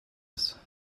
ist